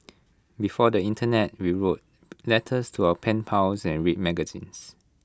before the Internet we wrote letters to our pen pals and read magazines